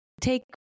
take